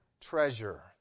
treasure